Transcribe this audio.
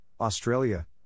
Australia